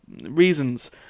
Reasons